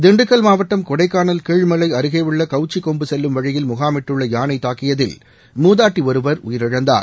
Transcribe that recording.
திண்டுக்கல் மாவட்டம் கொடைக்காளல் கீழ்மலை அருகேயுள்ள கவுச்சிக்கொம்பு செல்லும் வழியில் முகாமிட்டுள்ள யானை தாக்கியதில் மூதாட்டி ஒருவர் உயிரிழந்தார்